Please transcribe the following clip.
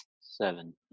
Seven